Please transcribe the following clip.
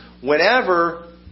Whenever